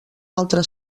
altre